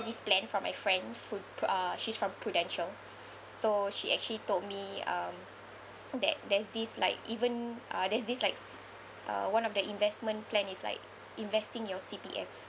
this plan from a friend who~ uh she's from Prudential so she actually told me um that there's this like even uh there's this like s~ uh one of the investment plan is like investing your C_P_F